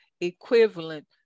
equivalent